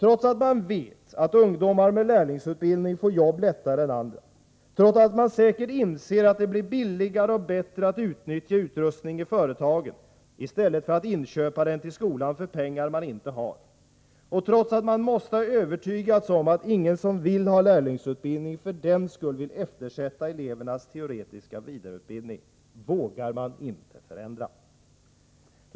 Trots att man vet att ungdomar med lärlingsutbildning får jobb lättare än andra, trots att man säkert inser att det blir billigare och bättre att utnyttja utrustning i företagen i stället för att inköpa den till skolan för pengar man inte har och trots att man måste ha övertygats om att ingen som vill ha lärlingsutbildning för den skull vill eftersätta elevernas teoretiska vidareutbildning vågar man inte förändra.